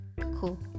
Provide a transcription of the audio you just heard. cool